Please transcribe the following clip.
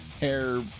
Hair